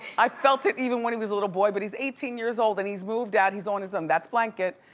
i felt it even when he was a little boy, but he's eighteen years old and he's moved out. he's on his own, um that's blanket.